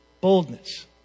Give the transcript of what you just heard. boldness